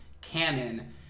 canon